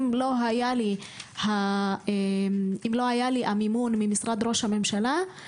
אם לא היה לי המימון ממשרד ראש הממשלה,